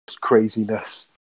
craziness